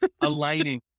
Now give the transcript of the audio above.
aligning